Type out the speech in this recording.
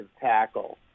tackle